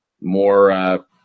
more